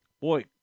boy